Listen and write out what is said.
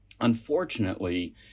Unfortunately